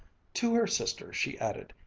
to her sister she added,